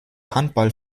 handball